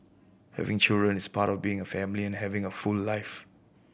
having children is part of being a family and having a full life